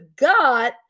God